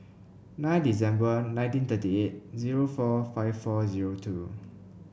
nine December nineteen thirty eight zero four five four zero two